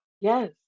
Yes